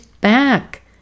back